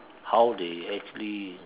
how they actually